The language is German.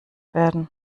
werden